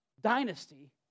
dynasty